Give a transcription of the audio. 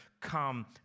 come